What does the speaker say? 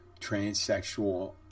transsexual